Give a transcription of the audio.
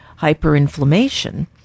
hyperinflammation